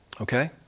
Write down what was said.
Okay